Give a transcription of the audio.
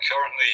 currently